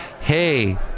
hey